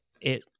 it-